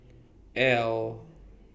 Elle